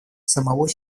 самого